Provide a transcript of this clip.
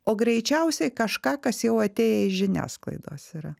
o greičiausiai kažką kas jau atėję iš žiniasklaidos yra